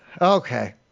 Okay